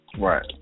Right